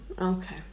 Okay